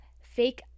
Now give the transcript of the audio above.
fake